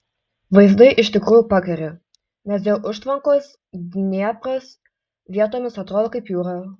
vaizdai iš tikrųjų pakeri nes dėl užtvankos dniepras vietomis atrodo kaip jūra